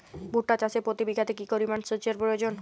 ভুট্টা চাষে প্রতি বিঘাতে কি পরিমান সেচের প্রয়োজন?